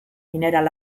mineral